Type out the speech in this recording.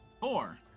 Four